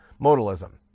modalism